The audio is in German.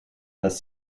das